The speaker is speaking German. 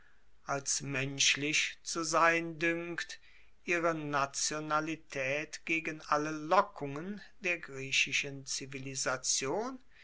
als menschlich zu sein duenkt ihre nationalitaet gegen alle lockungen der griechischen zivilisation